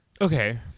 okay